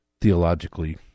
theologically